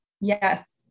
Yes